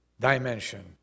dimension